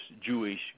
Jewish